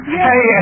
Hey